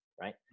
right